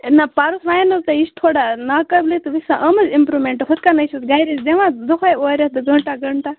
نَہ پَرُس وَنے نہٕ حظ تۄہہِ یہِ چھِ تھوڑا ناقٲبلٕے تہٕ وۄنۍ چھِ سا اِمپرٛوٗمٮ۪نٛٹ ہُتھ کَنۍ حظ چھُس گَرِ أسۍ دِوان دۄہَے اورٕ یِتھ گٲنٛٹَہ گٲنٛٹَہ